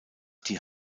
die